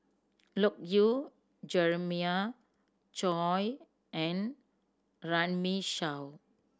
Loke Yew Jeremiah Choy and Runme Shaw